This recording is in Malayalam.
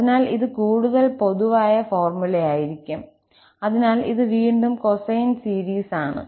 അതിനാൽ ഇത് കൂടുതൽ പൊതുവായ ഫോർമുലയായിരിക്കും അതിനാൽ ഇത് വീണ്ടും കോസൈൻ സീരീസ് ആണ്